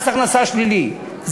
מס הכנסה שלילי,